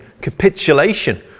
capitulation